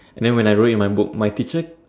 and then when I wrote in my book my teachers